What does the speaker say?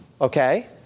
okay